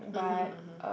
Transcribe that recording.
mmhmm mmhmm